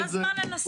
כל הזמן לנסות.